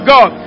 God